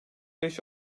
beş